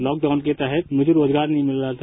lockdown के तहत हमें रोजगार नहीं मिल रहा था